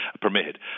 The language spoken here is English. permitted